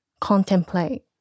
contemplate